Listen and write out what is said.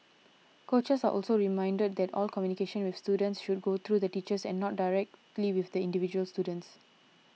coaches are also reminded that all communication with students should go through the teachers and not directly with the individual students